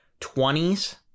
20s